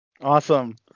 Awesome